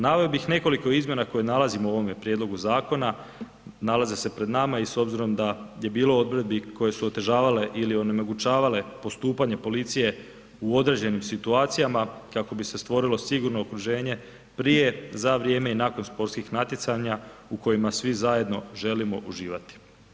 Naveo bih nekoliko izmjena koje nalazimo u ovome prijedlogu zakona, nalaze se pred nama i s obzirom da je bilo odredbi koje su otežavale ili onemogućavale postupanje policije u određenim situacijama kako bi se stvorilo sigurno okruženje prije, za vrijeme i nakon sportskih natjecanja u kojima svi zajedno želimo uživati.